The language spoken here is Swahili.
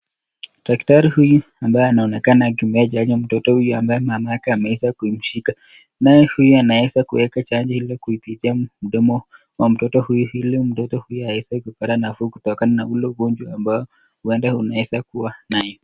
Daktari huyu ambaye anaonekana akimpea chanjo mtoto huyu ambaye mama yake ameweza kumshika naye huyu anaweza kuweka chanjo ile kupitia mdomo wa mtoto huyu ili mtoto huyu aweze kupata nafuu kutokana na ule ugonjwa ambayo huenda anaeza kuwa nayo.